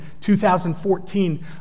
2014